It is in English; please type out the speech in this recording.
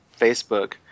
Facebook